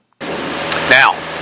Now